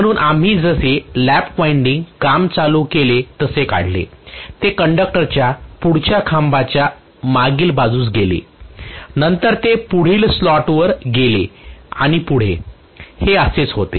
म्हणून आम्ही जसे लॅप वायंडिंग्स काम चालू केले तसे काढले ते कंडक्टरच्या पुढच्या खांबाच्या मागील बाजूस गेले नंतर ते पुढील स्लॉटवर गेले आणि पुढे हे असेच होते